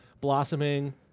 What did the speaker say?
blossoming